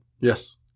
Yes